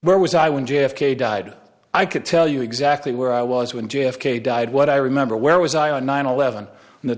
where was i when j f k died i could tell you exactly where i was when j f k died what i remember where was i on nine eleven and th